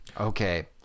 okay